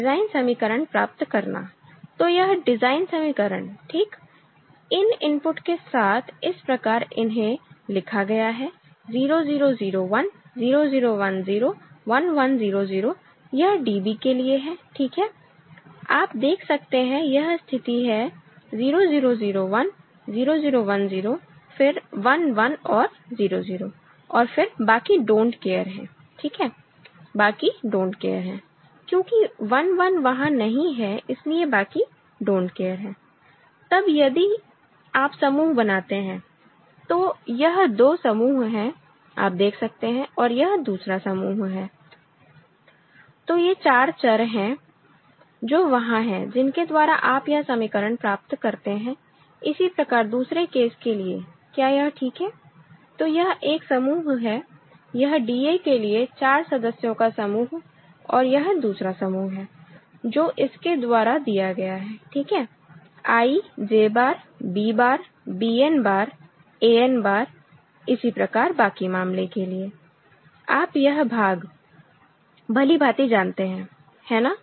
design समीकरण प्राप्त करना तो यह डिजाइन समीकरण ठीक इन इनपुट के साथ इस प्रकार इन्हें लिखा गया है 0 0 0 1 0 0 1 0 1 1 0 0 यह DB के लिए है ठीक है आप देख सकते हैं यह स्थिति है 0 0 0 1 0 0 1 0 फिर 1 1 और 0 0 और फिर बाकी डोंट केयर don't care हैं ठीक है बाकी डोंट केयर don't care हैं क्योंकि 1 1 वहां नहीं है इसलिए बाकी डोंट केयर हैं तब यदि आप समूह बनाते हैं तो यह 2 समूह हैं आप देख सकते हैं और यह दूसरा समूह है तो ये 4 चर हैं जो वहां है जिनके द्वारा आप यह समीकरण प्राप्त करते हैं इसी प्रकार दूसरे केस के लिए क्या यह ठीक है तो यह एक समूह है यह DA के लिए 4 सदस्यों का समूह और यह दूसरा समूह है जो इसके द्वारा दिया गया है ठीक है I J bar B bar Bn bar An bar इसी प्रकार बाकी मामले के लिए आप यह भाग भली भांति जानते हैं है ना